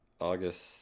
August